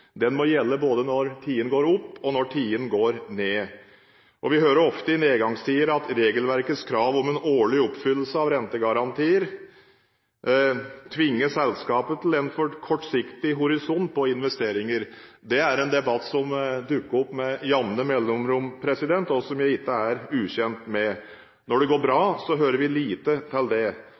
Den må gjelde både i oppgangstider og i nedgangstider. Vi hører ofte i nedgangstider at regelverkets krav om en årlig oppfyllelse av rentegarantier tvinger selskapet til en for kortsiktig horisont på investeringene. Det er en debatt som dukker opp med jevne mellomrom, og som jeg ikke er ukjent med. Når det går bra, hører vi lite til dette. Det